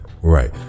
right